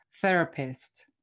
therapist